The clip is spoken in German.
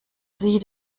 sie